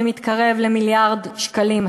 זה מתקרב למיליארד שקלים.